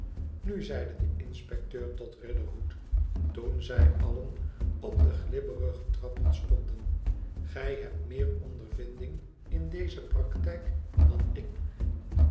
inu zeide de inspecteur tot riderhood toen zij allen op de glibberige trappen stonden igij hebt meer ondervinding in deze praktijk dan ik